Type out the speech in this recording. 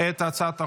את הצעת החוק.